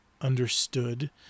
understood